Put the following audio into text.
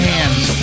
Hands